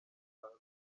hantu